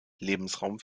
lebensraum